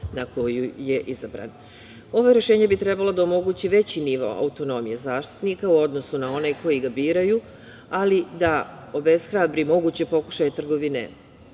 na koju je izabran. Ovo rešenje bi trebalo da omogući veći nivou autonomije Zaštitnika u odnosu na one koji ga biraju, ali da obeshrabri moguće pokušaje trgovine